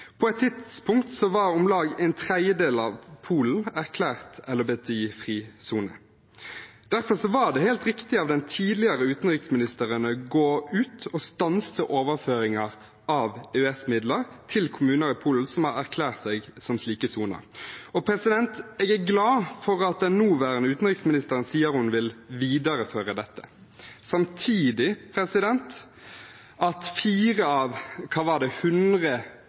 På et tidspunkt var om lag en tredjedel av Polen erklært LHBTI-fri sone. Derfor var det helt riktig av den tidligere utenriksministeren å gå ut og stanse overføringer av EØS-midler til kommuner i Polen som har erklært seg som slike soner. Jeg er glad for at den nåværende utenriksministeren sier hun vil videreføre dette. Samtidig er det at fire av hundre kommuner har snudd, ikke det